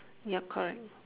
ya correct